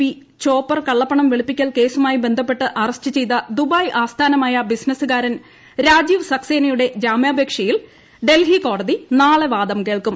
P chopper കളളപ്പണം വെളുപ്പിക്കൽ കേസുമായി ബന്ധപ്പെട്ട് അറസ്റ്റ് ചെയ്ത ദുബായ് ആസ്ഥാനമായ ബിസിനസ്സുകാരൻ രാജീവ് സക്സേനയുടെ ജാമ്യാപേക്ഷയിൽ ഡൽഹി കോടതി നാളെ വാദം കേൾക്കും